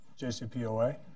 JCPOA